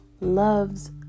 loves